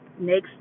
next